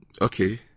Okay